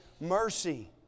mercy